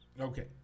Okay